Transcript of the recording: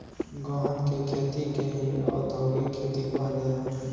गहन के खेती के ही औधोगिक खेती कहल जाला